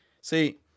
See